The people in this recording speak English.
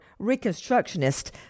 reconstructionist